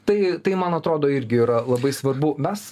tai tai man atrodo irgi yra labai svarbu mes